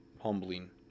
humbling